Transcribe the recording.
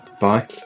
bye